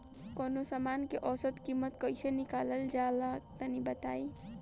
कवनो समान के औसत कीमत कैसे निकालल जा ला तनी बताई?